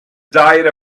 diet